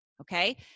okay